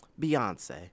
beyonce